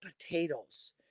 potatoes